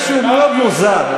זה משהו מאוד מוזר.